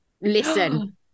listen